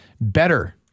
better